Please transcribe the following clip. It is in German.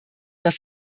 dass